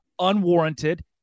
unwarranted